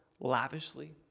lavishly